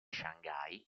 shanghai